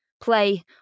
play